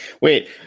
Wait